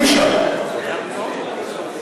אי-אפשר.